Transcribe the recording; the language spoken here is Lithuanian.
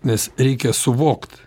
nes reikia suvokt